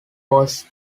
was